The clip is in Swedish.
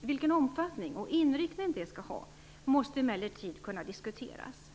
Vilken omfattning och inriktning det skall ha måste emellertid kunna diskuteras.